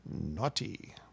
naughty